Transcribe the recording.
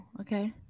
okay